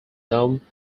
known